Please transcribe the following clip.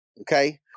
okay